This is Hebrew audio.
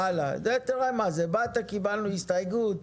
אופיר, באת, קיבלנו הסתייגות.